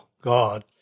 God